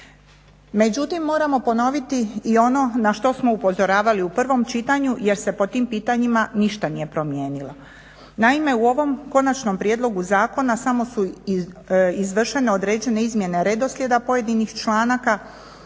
Međutim, moramo ponoviti i ono na što smo upozoravali u prvom čitanju jer se po tim pitanjima ništa nije promijenilo. Naime, u ovom konačnom prijedlogu zakona samo su izvršene određene izmjene redoslijeda pojedinih članaka,